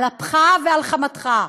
על אפך ועל חמתך,